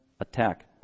attack